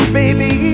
baby